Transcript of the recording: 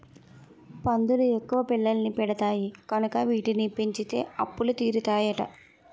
పందులు ఎక్కువ పిల్లల్ని పెడతాయి కనుక వీటిని పెంచితే అప్పులు తీరుతాయట